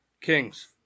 Kings